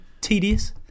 tedious